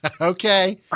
Okay